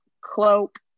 Cloak